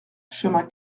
chemin